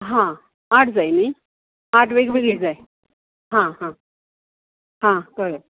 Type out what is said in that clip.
हां आठ जाय न्हय आठ वेगवेगळी जाय हां हां हां कळ्ळें